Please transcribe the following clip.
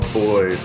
boy